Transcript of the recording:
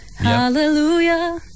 Hallelujah